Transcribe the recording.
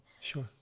sure